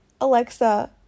Alexa